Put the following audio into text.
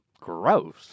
gross